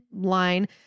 line